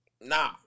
nah